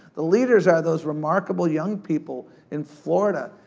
the leaders are those remarkable young people in florida,